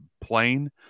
plane